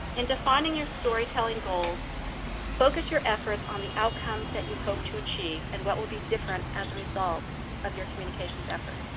in defining your storytelling goals focus your efforts on the outcomes that you hope to achieve, and what will be different as a result of your communications efforts.